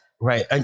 right